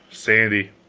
sandy,